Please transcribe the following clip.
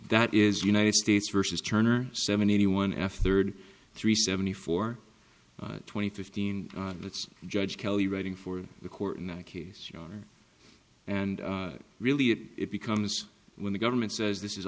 that is united states versus turner seventy one f third three seventy four twenty fifteen that's judge kelly writing for the court in that case you know and really it it becomes when the government says this is